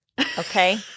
okay